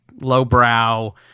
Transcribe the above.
lowbrow